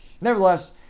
Nevertheless